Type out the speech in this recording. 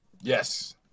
Yes